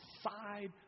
side